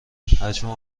حجم